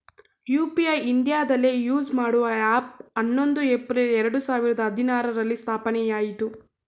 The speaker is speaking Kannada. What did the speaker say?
ಯು.ಪಿ.ಐ ಇಂಡಿಯಾದಲ್ಲಿ ಯೂಸ್ ಮಾಡುವ ಹ್ಯಾಪ್ ಹನ್ನೊಂದು ಏಪ್ರಿಲ್ ಎರಡು ಸಾವಿರದ ಹದಿನಾರುರಲ್ಲಿ ಸ್ಥಾಪನೆಆಯಿತು